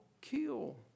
kill